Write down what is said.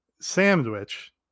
sandwich